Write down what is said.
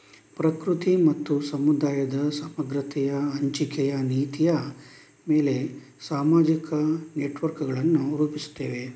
ಪ್ರಕೃತಿ ಮತ್ತು ಸಮುದಾಯದ ಸಮಗ್ರತೆಯ ಹಂಚಿಕೆಯ ನೀತಿಯ ಮೇಲೆ ಸಾಮಾಜಿಕ ನೆಟ್ವರ್ಕುಗಳನ್ನು ರೂಪಿಸುತ್ತವೆ